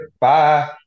Bye